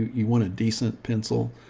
you want a decent pencil,